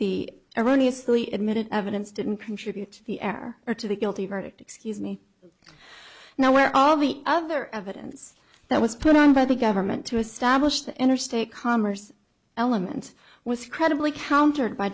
the erroneously emitted evidence didn't contribute to the air or to the guilty verdict excuse me now where all the other evidence that was put on by the government to establish the interstate commerce element was credibly countered by